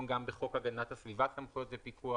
גם בחוק הגנת הסביבה (סמכויות ופיקוח),